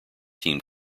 team